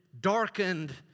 darkened